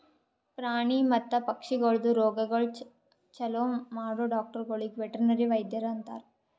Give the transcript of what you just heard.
ಪ್ರಾಣಿ ಮತ್ತ ಪಕ್ಷಿಗೊಳ್ದು ರೋಗಗೊಳ್ ಛಲೋ ಮಾಡೋ ಡಾಕ್ಟರಗೊಳಿಗ್ ವೆಟರ್ನರಿ ವೈದ್ಯರು ಅಂತಾರ್